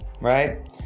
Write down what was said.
right